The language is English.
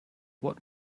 what